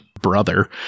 brother